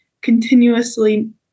continuously